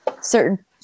certain